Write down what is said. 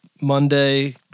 Monday